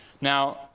Now